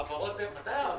אולי לא תהיה ממשלה.